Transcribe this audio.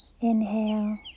Inhale